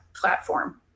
platform